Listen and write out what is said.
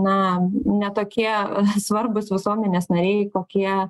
na ne tokie svarbūs visuomenės nariai kokie